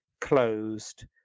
closed